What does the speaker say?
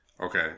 okay